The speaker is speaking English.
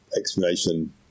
explanation